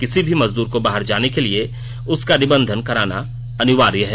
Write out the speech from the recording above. किसी भी मजदूर को बाहर जाने के लिए उसका निबंधन कराना अनिवार्य है